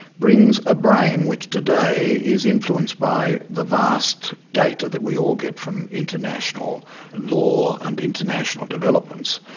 brings a brain which today is influenced by the vast data that we all get from international law and international developments.